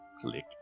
click